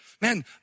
Man